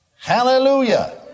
Hallelujah